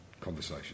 conversation